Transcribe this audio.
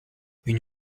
une